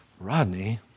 Rodney